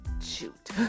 shoot